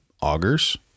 augers